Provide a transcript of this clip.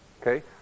okay